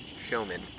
showman